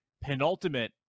penultimate